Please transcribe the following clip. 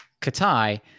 Katai